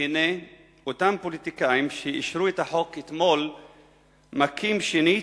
והנה אותם פוליטיקאים שאישרו את החוק אתמול מכים שנית,